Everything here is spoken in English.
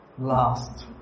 last